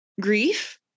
grief